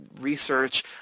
research